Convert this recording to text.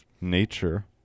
nature